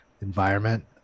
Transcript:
environment